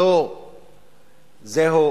זוהי